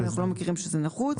אנחנו לא מכירים שזה נחוץ.